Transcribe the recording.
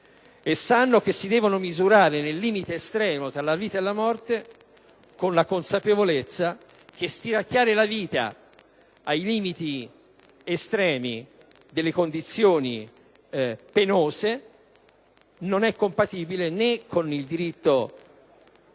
e sanno che si devono misurare nel limite estremo tra la vita e la morte con la consapevolezza che stiracchiare la vita ai limiti estremi delle condizioni penose non è compatibile né con il diritto dei